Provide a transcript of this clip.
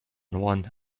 won